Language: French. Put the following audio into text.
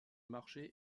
marché